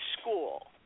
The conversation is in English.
school